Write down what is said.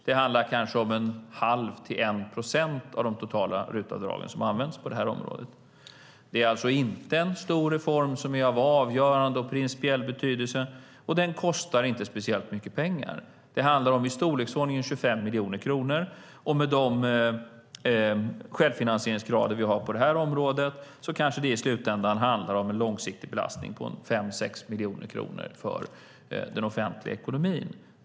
Det handlar kanske om mellan 1⁄2 och 1 procent av de totala RUT-avdragen som används på det här området. Det är alltså inte en stor reform som är av avgörande och principiell betydelse, och den kostar inte speciellt mycket pengar. Det handlar om i storleksordningen 25 miljoner kronor, och med de självfinansieringskrav som vi har på det här området kanske det i slutändan handlar om en långsiktig belastning på 5-6 miljoner kronor för den offentliga ekonomin.